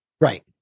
Right